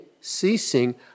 ceasing